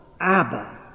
Abba